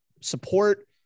Support